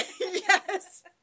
Yes